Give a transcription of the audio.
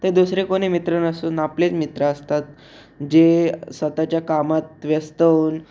ते दुसरे कोणी मित्र नसून आपलेच मित्र असतात जे स्वत च्या कामात व्यस्त होऊन